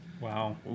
Wow